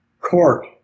Court